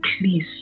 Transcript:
please